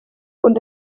und